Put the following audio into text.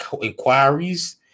inquiries